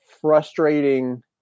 frustrating